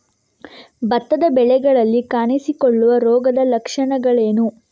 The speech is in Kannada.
ಭತ್ತದ ಬೆಳೆಗಳಲ್ಲಿ ಕಾಣಿಸಿಕೊಳ್ಳುವ ರೋಗದ ಲಕ್ಷಣಗಳೇನು?